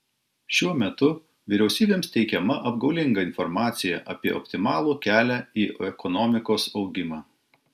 šiuo metu vyriausybėms teikiama apgaulinga informacija apie optimalų kelią į ekonomikos augimą